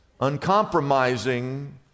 uncompromising